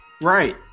Right